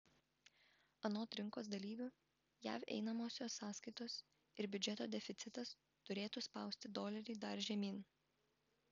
anot rinkos dalyvių jav einamosios sąskaitos ir biudžeto deficitas turėtų spausti dolerį dar žemyn